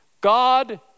God